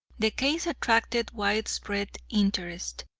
the case attracted widespread interest,